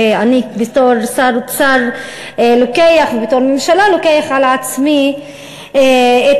ואני בתור שר אוצר ובתור ממשלה לוקח על עצמי את